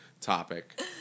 topic